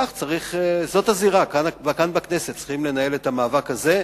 זאת הזירה, כאן בכנסת צריך לנהל את המאבק הזה.